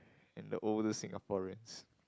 and the older Singaporeans